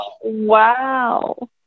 Wow